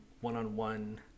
one-on-one